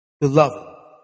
beloved